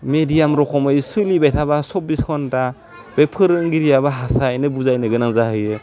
medium रख'मै सोलिबाय थाबा सब्बिस घन्ता बे फोरोंगिरियाबो हासायैनो बुजायनो गोनां जाहैयो